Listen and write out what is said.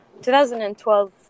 2012